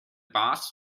boss